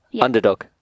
Underdog